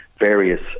various